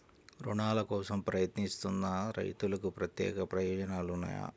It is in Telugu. రుణాల కోసం ప్రయత్నిస్తున్న రైతులకు ప్రత్యేక ప్రయోజనాలు ఉన్నాయా?